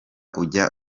ujya